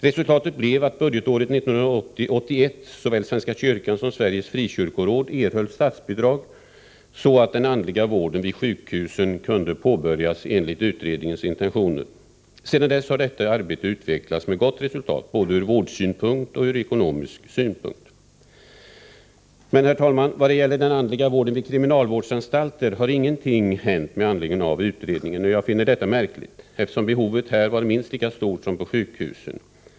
Resultatet blev att såväl svenska kyrkans som Sveriges frikyrkoråd budgetåret 1980/81 erhöll statsbidrag så att den andliga vården vid sjukhusen kunde påbörjas enligt utredningens intentioner. Sedan dess har detta arbete utvecklats med gott resultat både ur vårdsynpunkt och ur ekonomisk synpunkt. Herr talman! Vad det gäller den andliga vården vid kriminalvårdsanstalter har ingenting hänt med anledning av utredningen. Jag finner detta märkligt, eftersom behovet här var minst lika stort som på sjukhusen.